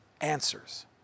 answers